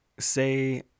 say